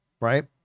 right